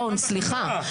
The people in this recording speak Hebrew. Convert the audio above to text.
רון, סליחה.